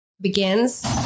begins